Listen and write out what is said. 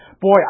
boy